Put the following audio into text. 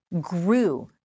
grew